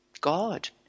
God